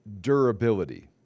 durability